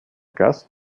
gast